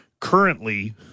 currently